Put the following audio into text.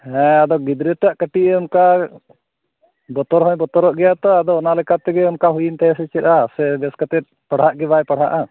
ᱦᱮᱸ ᱟᱫᱚ ᱜᱤᱫᱽᱨᱟᱹᱴᱟᱜ ᱠᱟᱹᱴᱤᱡ ᱚᱱᱠᱟ ᱵᱚᱛᱚᱨ ᱦᱚᱭ ᱵᱚᱛᱚᱨᱚᱜ ᱜᱮᱭᱟ ᱛᱳ ᱟᱫᱚ ᱚᱱᱟ ᱞᱮᱠᱟ ᱛᱮᱜᱮ ᱚᱱᱠᱟ ᱦᱩᱭᱮᱱ ᱛᱟᱭᱟ ᱥᱮ ᱟᱨ ᱥᱮ ᱵᱮᱥ ᱠᱟᱛᱮ ᱯᱟᱲᱦᱟ ᱜᱮ ᱵᱟᱭ ᱯᱟᱲᱦᱟᱼᱟ